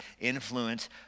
influence